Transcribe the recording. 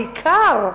בעיקר,